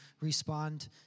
respond